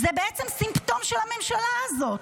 הוא בעצם סימפטום של הממשלה הזאת.